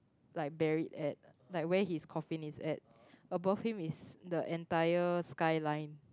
like buried at like where his coffin is at above him is the entire skyline